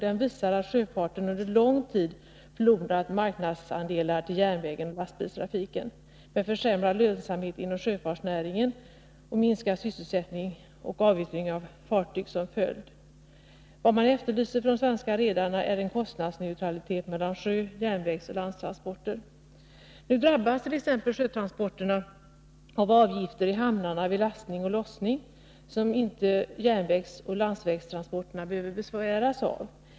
Den visar att sjöfarten under lång tid förlorat marknadsandelar till järnvägen och lastbilstrafiken, med försämrad lönsamhet inom sjöfartsnäringen, minskad sysselsättning och avyttring av fartyg som följd. Vad man efterlyser från de svenska redarna är kostnadsneutralitet mellan sjö-, järnvägsoch landtransporter. Så drabbas t.ex. sjötransporterna av avgifter i hamnarna vid lastning och lossning som järnvägsoch landsvägstransporterna inte behöver besväras av.